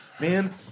Man